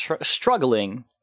struggling